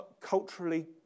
culturally